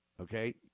Okay